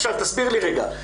עכשיו, תסביר לי רגע.